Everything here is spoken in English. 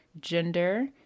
gender